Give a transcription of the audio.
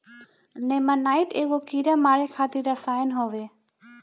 नेमानाइट एगो कीड़ा मारे खातिर रसायन होवे